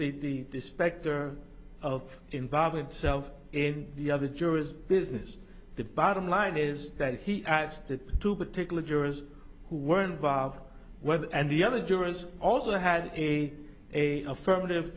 the specter of involve itself in the other jurors business the bottom line is that he asked the two particular jurors who were involved and the other jurors also had a a affirmative